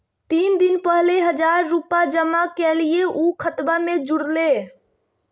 तीन दिन पहले हजार रूपा जमा कैलिये, ऊ खतबा में जुरले?